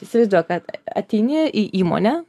įsivaizduok kad ateini į įmonę